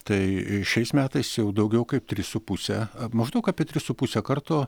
tai šiais metais jau daugiau kaip trys su puse maždaug apie tris su puse karto